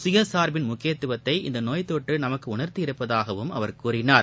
சுயசா்பின் முக்கியத்துவத்தை இந்த நோய்த்தொற்று நமக்கு உணா்த்தி இருப்பதாகவும் அவா் கூறினார்